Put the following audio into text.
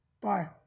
Bye